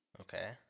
Okay